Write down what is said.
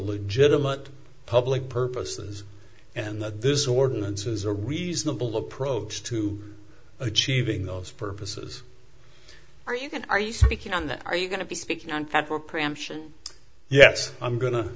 legitimate public purposes and that this ordinance is a reasonable approach to achieving those purposes are you going are you speaking on that are you going to be speaking on federal preemption yes i'm go